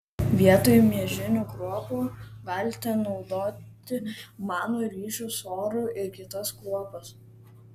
vietoj miežinių kruopų galite naudoti manų ryžių sorų ir kitas kruopas